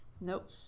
Nope